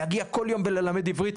להגיע כל יום וללמד עברית?